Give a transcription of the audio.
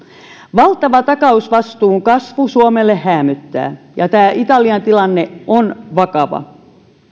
valtava takausvastuun kasvu suomelle häämöttää ja tämä italian tilanne on vakava